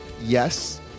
yes